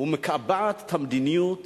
ומקבעת את המדיניות